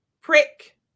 prick